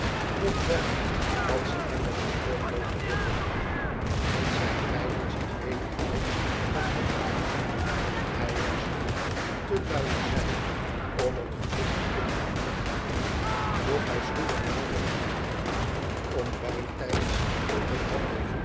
doch bella had ze hem met de stoomboot teruggebracht en zij breidden zich weder uit als vanouds hij was een te luie zeiler om het geluk te kunnen achterhalen doch hij sloeg een naderen weg in om bijtijds op het